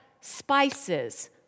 spices